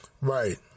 right